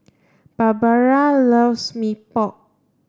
Barbara loves Mee Pok